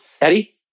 Eddie